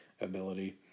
ability